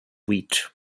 wheat